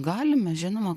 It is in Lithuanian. galime žinoma